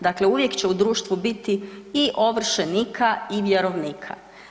Dakle uvijek će u društvu biti i ovršenika i vjerovnika.